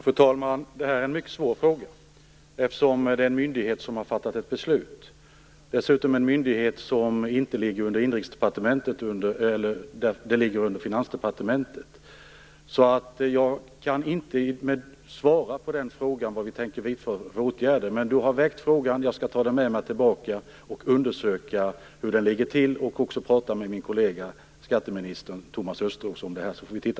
Fru talman! Det här är en mycket svår fråga eftersom det är en myndighet som har fattat ett beslut. Det är dessutom en myndighet som inte ligger under Inrikesdepartementet. Den ligger under Finansdepartementet. Jag kan inte svara på frågan om vad vi tänker vidta för åtgärder. Men frågan är väckt. Jag skall ta den med mig tillbaka och undersöka hur det ligger till och även prata med min kollega skatteminister Thomas Östros om detta.